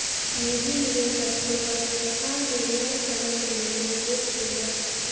निजी निवेशक हुनकर संस्थान में न्यायसम्यक लेल निवेश केलक